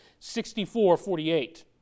64-48